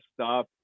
stop